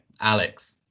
Alex